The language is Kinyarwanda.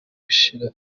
gushyira